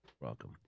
welcome